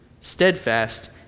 steadfast